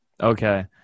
Okay